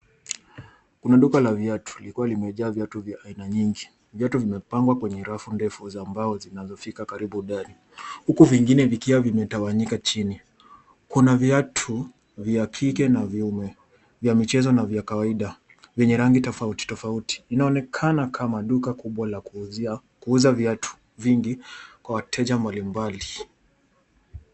Kuna la viatu likiwa limejaa viatu vya aina nyingi. Viatu vimepangwa kwenye rafu ndefu za mbao zinazofika karibu dari huku vingine vikiwa vimetawanyika chini. Kuna viatu vya kike na viume, vya michezo na kawaida venye rangi tofautitofauti. Inaonekana kama duka kubwa la kuuza viatu vingi kwa wateja mbalimbali.